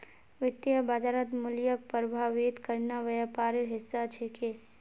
वित्तीय बाजारत मूल्यक प्रभावित करना व्यापारेर हिस्सा छिके